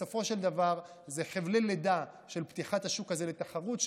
בסופו של דבר אלה חבלי לידה של פתיחת השוק הזה לתחרות,